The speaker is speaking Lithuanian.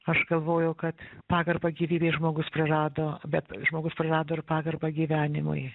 aš galvojau kad pagarbą gyvybei žmogus prarado bet žmogus prarado ir pagarbą gyvenimui